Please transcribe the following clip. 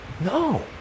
No